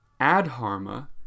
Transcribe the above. Adharma